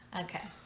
Okay